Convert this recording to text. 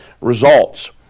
results